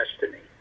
destiny